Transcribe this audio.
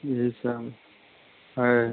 यही सब है